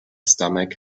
stomach